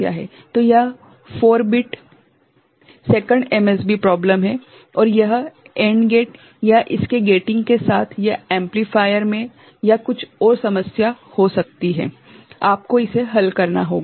तो यह एक 4 बिट - द्वितीय MSB समस्या है और यह एंड गेट या इसके गेटिंग के साथ या एम्पलीफायर में या कुछ और समस्या हो सकती है आपको इसे हल करना होगा